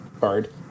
card